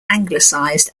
anglicized